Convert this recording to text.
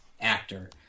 actor